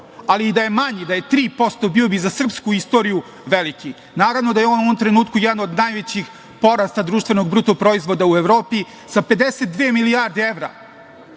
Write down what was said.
ali da je manji, da je 3% bio bi za srpsku istoriju veliki. Naravno da je on u ovom trenutku jedan od najvećih porast BDP u Evropi sa 52 milijarde evra.